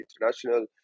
international